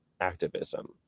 activism